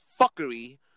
fuckery